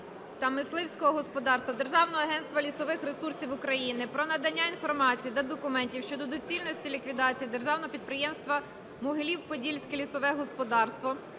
та мисливського господарства, Державного агентства лісових ресурсів України про надання інформації та документів щодо доцільності ліквідації Державного підприємства "Могилів-Подільське лісове господарство",